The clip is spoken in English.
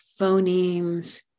phonemes